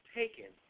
taken